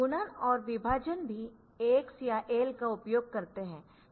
गुणन और विभाजन भी AX या AL का उपयोग करते है